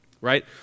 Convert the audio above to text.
right